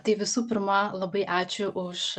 tai visų pirma labai ačiū už